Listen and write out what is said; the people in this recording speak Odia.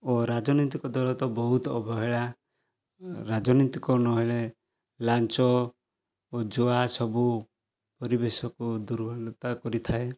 ଓ ରାଜନୈତିକ ଦଳ ତ ବହୁତ ଅବହେଳା ରାଜନୈତିକ ନ ହେଲେ ଲାଞ୍ଚ ଓ ଜୁଆ ସବୁ ପରିବେଶକୁ ଦୁର୍ଗନ୍ଧତା କରିଥାଏ